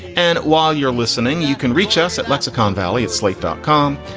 and while you're listening, you can reach us at lexicon valley at slate dot com.